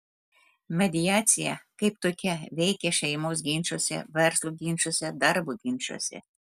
mediacija kaip tokia veikia šeimos ginčuose verslo ginčuose darbo ginčuose